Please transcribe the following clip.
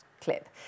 clip